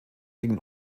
dem